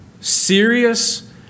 Serious